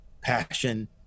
passion